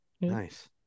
Nice